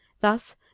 Thus